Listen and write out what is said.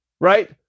right